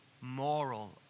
moral